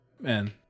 Man